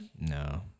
no